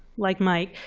like mike,